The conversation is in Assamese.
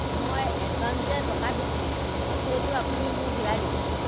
মই এডভাঞ্চ যে টকা দিছিলোঁ সেইটো আপুনি মোক ঘূৰাই দিব